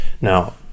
Now